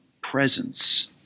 presence